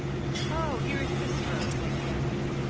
oh! here is cicero, said candide.